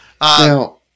Now